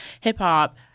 hip-hop